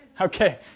Okay